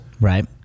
Right